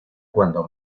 cuando